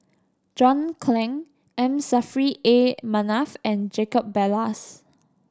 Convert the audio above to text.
John Clang M Saffri A Manaf and Jacob Ballas